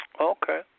Okay